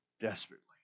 desperately